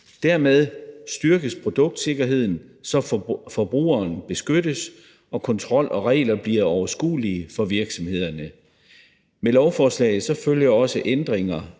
Dermed styrkes produktsikkerheden, så forbrugeren beskyttes og kontrol og regler bliver overskuelige for virksomhederne. Med lovforslaget følger også ændringer